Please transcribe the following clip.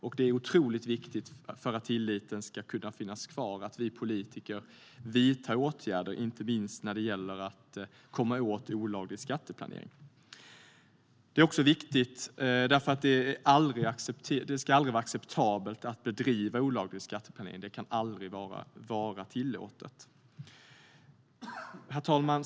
För att tilliten ska kunna finnas kvar är det otroligt viktigt att vi politiker vidtar åtgärder inte minst när det gäller att komma åt olaglig skatteplanering. Det är också viktigt därför att det aldrig ska vara acceptabelt att bedriva olaglig skatteplanering. Det kan aldrig vara tillåtet. Herr talman!